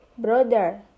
Brother